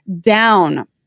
down